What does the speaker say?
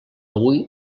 avui